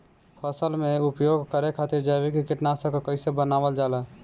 फसल में उपयोग करे खातिर जैविक कीटनाशक कइसे बनावल जाला?